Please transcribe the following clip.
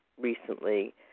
recently